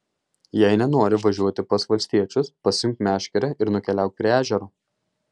jei nenori važiuoti pas valstiečius pasiimk meškerę ir nukeliauk prie ežero